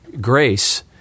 grace